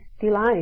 delight